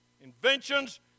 inventions